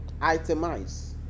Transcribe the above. itemize